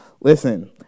Listen